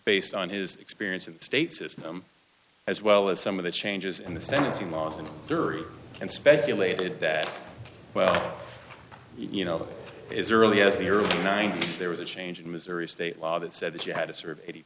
based on his experience of the state system as well as some of the changes in the sentencing laws and jury and speculated that well you know this is early as the early ninety's there was a change in missouri state law that said that you had to serve eight